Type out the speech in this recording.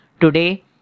today